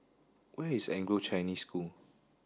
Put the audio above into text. where is Anglo Chinese School